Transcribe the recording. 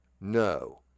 No